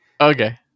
Okay